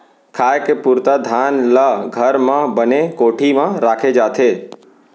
खाए के पुरता धान ल घर म बने कोठी म राखे जाथे